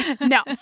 No